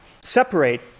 separate